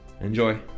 Enjoy